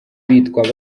bitwa